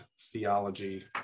theology